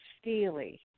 steely